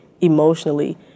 emotionally